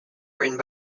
written